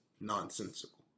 nonsensical